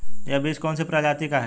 यह बीज कौन सी प्रजाति का है?